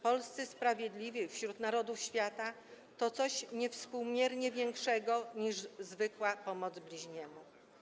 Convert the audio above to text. Polscy Sprawiedliwi Wśród Narodów Świata to coś niewspółmiernie większego niż zwykła pomoc bliźniemu.